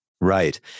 Right